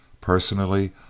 Personally